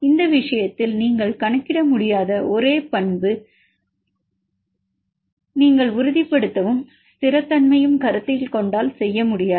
இந்த விஷயத்தில் நீங்கள் கணக்கிட முடியாத ஒரே பண்பு நீங்கள் உறுதிப்படுத்தவும் ஸ்திரமின்மையும் கருத்தில் கொண்டால் செய்ய முடியாது